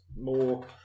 more